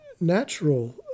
natural